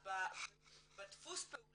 בדפוס פעולה.